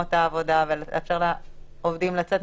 במקומות העבודה ולאפשר לעובדים לצאת.